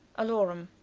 alarum.